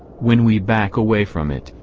when we back away from it,